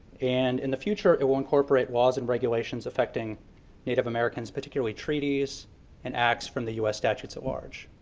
and in the future it will incorporate laws and regulations effecting native americans, particularly treaties and acts from the u s. statues at large.